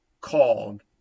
called